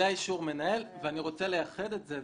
זה אישור מנהל ואני רוצה לייחד את זה,